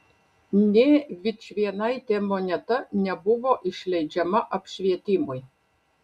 nė vičvienaitė moneta nebuvo išleidžiama apšvietimui